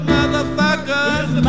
Motherfuckers